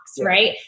right